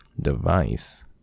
device